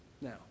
Now